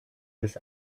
des